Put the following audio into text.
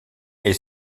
est